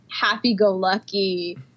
happy-go-lucky